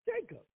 Jacob